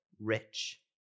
rich